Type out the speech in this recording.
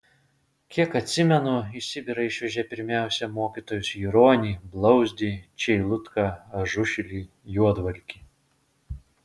kiek atsimenu į sibirą išvežė pirmiausia mokytojus juronį blauzdį čeilutką ažušilį juodvalkį